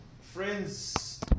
friends